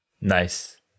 Nice